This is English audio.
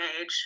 age